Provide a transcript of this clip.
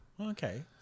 Okay